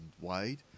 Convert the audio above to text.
Wade